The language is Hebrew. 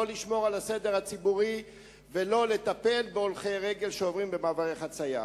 לא לשמור על הסדר הציבורי ולא לטפל בהולכי רגל שעוברים במעברי חצייה.